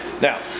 Now